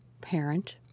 parent